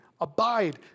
abide